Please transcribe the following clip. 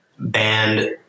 banned